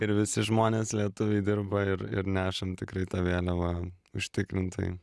ir visi žmonės lietuviai dirba ir ir nešam tikrai tą vėliavą užtikrintai